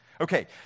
Okay